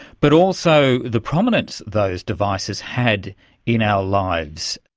but also the prominence those devices had in our lives.